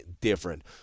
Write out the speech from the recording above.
different